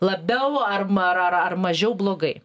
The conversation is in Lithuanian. labiau ar ma ar ar ar mažiau blogai